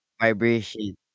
vibration